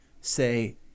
say